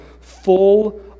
full